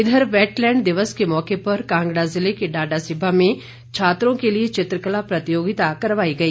इधर वैटलैंड दिवस के मौके पर कांगड़ा जिले के डाडासीबा में छात्रों के लिए चित्रकला प्रतियोगिता करवाई गई